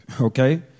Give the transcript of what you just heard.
Okay